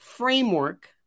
Framework